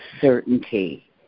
certainty